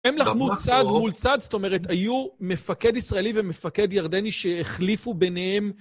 הם לחמו צד מול צד, זאת אומרת, היו מפקד ישראלי ומפקד ירדני שהחליפו ביניהם.